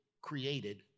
created